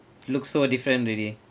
look so different already